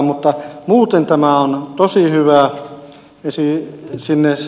mutta muuten tämä on tosi hyvä